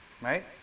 Right